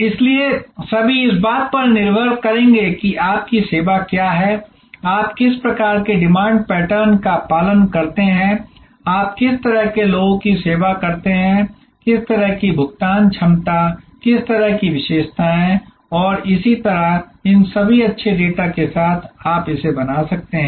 इसलिए सभी इस बात पर निर्भर करेंगे कि आपकी सेवा क्या है आप किस प्रकार के डिमांड पैटर्न का पालन करते हैं आप किस तरह के लोगों की सेवा करते हैं किस तरह की भुगतान क्षमता किस तरह की विशेषताएं और इसी तरह इन सभी अच्छे डेटा के साथ आप इसे बना सकते हैं